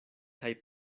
kaj